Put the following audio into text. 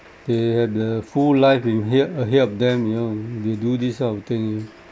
they have the full life ahead ahead of them you know they do this kind of thing